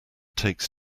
takes